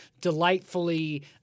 delightfully—